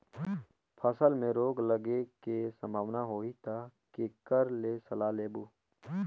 फसल मे रोग लगे के संभावना होही ता के कर ले सलाह लेबो?